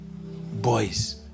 Boys